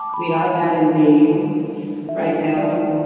we are that in name right now.